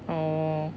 oh